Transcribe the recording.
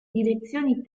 direzioni